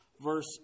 verse